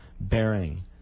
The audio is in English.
bearing